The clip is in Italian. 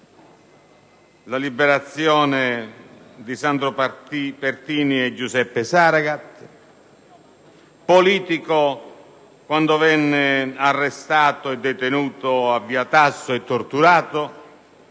la liberazione di Sandro Pertini e Giuseppe Saragat); politico quando venne arrestato e detenuto a via Tasso e torturato;